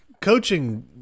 coaching